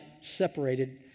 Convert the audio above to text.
separated